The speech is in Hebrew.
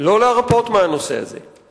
לא להרפות מהנושא הזה,